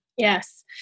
Yes